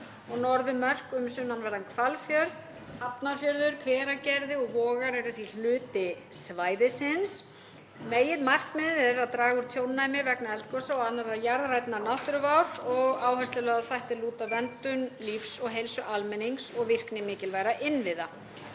og norðurmörk um sunnanverðan Hvalfjörð. Hafnarfjörður, Hveragerði og Vogar yrðu því hluti svæðisins. Meginmarkmiðið er að draga úr tjónnæmi vegna eldgosa og annarrar jarðrænnar náttúruvár og áhersla lögð á þá þætti er lúta að verndun lífs og heilsu almennings og virkni mikilvægra innviða.